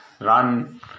run